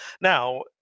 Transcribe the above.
now